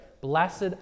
blessed